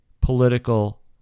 political